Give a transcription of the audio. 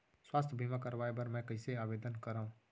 स्वास्थ्य बीमा करवाय बर मैं कइसे आवेदन करव?